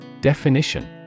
Definition